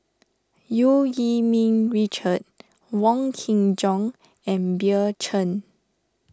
Eu Yee Ming Richard Wong Kin Jong and Bill Chen